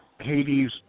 Hades